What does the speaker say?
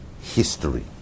history